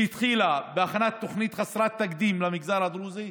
שהתחילה בהכנת תוכנית חסרת תקדים למגזר הדרוזי,